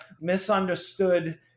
misunderstood